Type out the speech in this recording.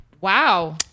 Wow